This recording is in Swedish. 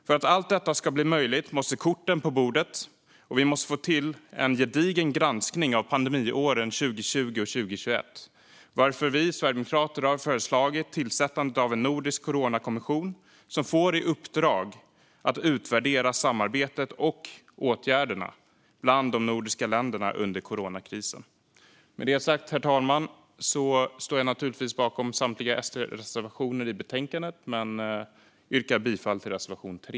För att allt detta ska bli möjligt måste korten komma på bordet. Vi måste få till en gedigen granskning av pandemiåren 2020 och 2021, varför vi sverigedemokrater har föreslagit tillsättandet av en nordisk coronakommission som får i uppdrag att utvärdera samarbetet och åtgärderna bland de nordiska länderna under coronakrisen. Herr talman! Jag står naturligtvis bakom samtliga SD-reservationer i betänkandet, men jag yrkar bifall till reservation 3.